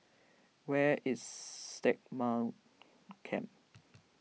where is Stagmont Camp